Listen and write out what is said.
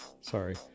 Sorry